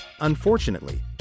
Unfortunately